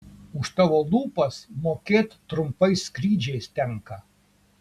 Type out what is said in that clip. už tavo lūpas mokėt trumpais skrydžiais tenka